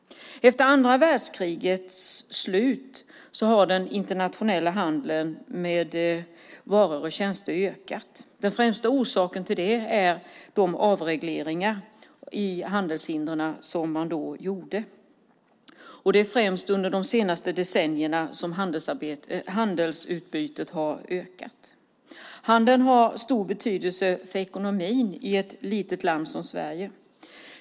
Efter andra världskrigets slut har den internationella handeln med varor och tjänster ökat. Den främsta orsaken till detta är de avregleringar av handelshindren som man då gjorde, och det är främst under de senaste decennierna som handelsutbytet har ökat. Handeln har stor betydelse för ekonomin i ett litet land som Sverige.